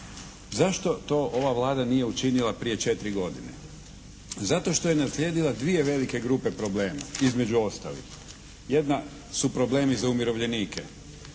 Zašto to ova Vlada nije učinila prije četiri godine? Zato što je naslijedila dvije velike grupe problema. Između ostalih jedna su problemi za umirovljenike.